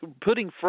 putting